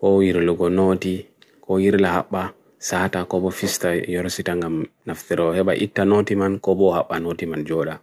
kohiru logo noti kohiru lahatba saata kobo fisthu yurasi tangam nafthiru heba ita noti man kobo hatba noti man jorah